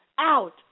out